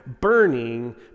burning